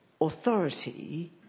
authority